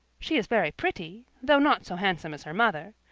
she is very pretty, though not so handsome as her mother,